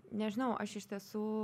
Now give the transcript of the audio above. nežinau aš iš tiesų